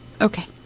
Okay